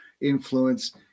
influence